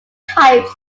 types